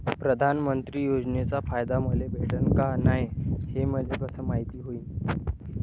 प्रधानमंत्री योजनेचा फायदा मले भेटनं का नाय, हे मले कस मायती होईन?